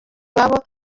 iwabo